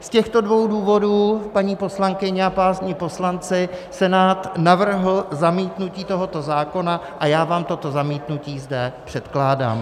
Z těchto dvou důvodů, paní poslankyně a páni poslanci, Senát navrhl zamítnutí tohoto zákona a já vám toto zamítnutí zde předkládám.